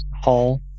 hall